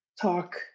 talk